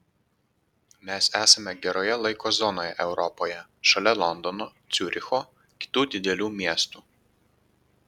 mes esame geroje laiko zonoje europoje šalia londono ciuricho kitų didelių miestų